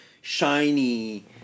shiny